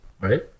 right